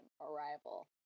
arrival